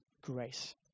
grace